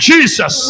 Jesus